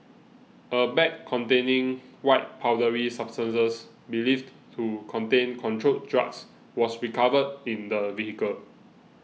a bag containing white powdery substances believed to contain controlled drugs was recovered in the vehicle